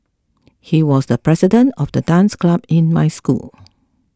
he was the president of the dance club in my school